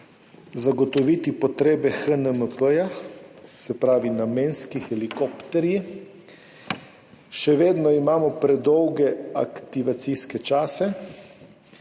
zagotoviti potrebe HNMP, se pravi namenske helikopterje. Še vedno imamo predolge aktivacijske čase.